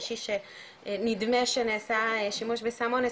מישהי נדמה שנעשה שימוש בסם אונס,